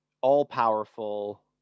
all-powerful